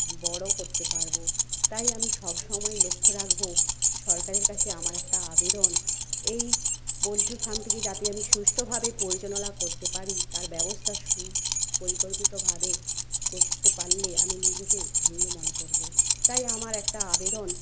বড়ো করতে পারবো তাই আমি সবসময় লক্ষ্য রাখবো সরকারের কাছে আমার একটা আবেদন এই পোল্ট্রি ফার্মটিকে যাতে আমি সুষ্ঠভাবে পরিচালনা করতে পারি তার ব্যবস্থা সুপরিকল্পিতভাবে করতে পারলে আমি নিজেকে ধন্য মনে করবো তাই আমার একটা আবেদন